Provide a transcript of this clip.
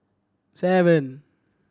seven